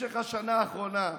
במשך השנה האחרונה,